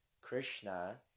Krishna